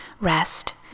rest